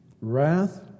wrath